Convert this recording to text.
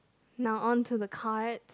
now on to the cards